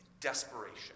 Desperation